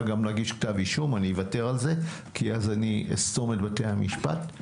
להגיש כתב אישום אוותר על זה כי אז אסתום את בתי המשפט.